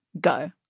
Go